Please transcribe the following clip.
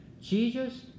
Jesus